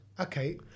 Okay